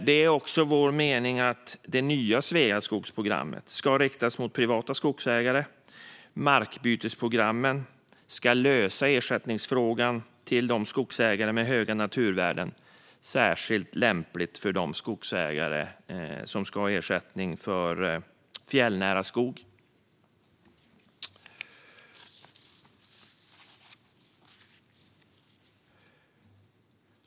Det är också vår mening att det nya Sveaskogsprogrammet ska riktas mot privata skogsägare. Markbytesprogrammen ska lösa ersättningsfrågan för skogsägare med höga naturvärden. Detta är särskilt lämpligt för de skogsägare som ska ha ersättning för fjällnära skog.